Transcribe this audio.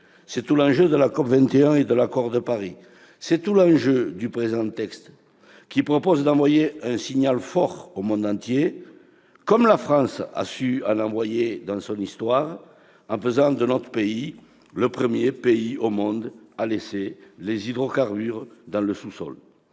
C'est tout l'enjeu de la COP21 et de l'accord de Paris. C'est tout l'enjeu du présent texte, qui vise à envoyer un signal fort au monde entier, comme la France a su en envoyer dans son histoire, en faisant de notre pays le premier pays au monde à laisser les hydrocarbures dans le sous-sol.